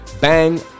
bang